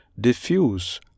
diffuse